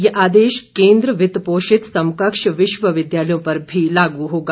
यह आदेश केन्द्र वित्त पोषित समकक्ष विश्वविद्यालयों पर भी लागू होगा